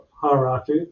hierarchy